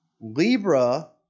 Libra